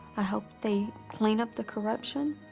i hope they clean up the corruption.